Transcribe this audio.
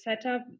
setup